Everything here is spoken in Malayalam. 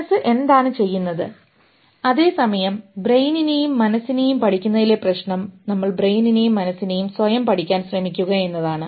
മനസ്സ് എന്താണ് ചെയ്യുന്നത് അതേസമയം ബ്രെയിനിനെയും മനസ്സിനെയും പഠിക്കുന്നതിലെ പ്രശ്നം നമ്മൾ ബ്രെയിനിനെയും മനസ്സിനെയും സ്വയം പഠിക്കാൻ ശ്രമിക്കുകയാണ് എന്നതാണ്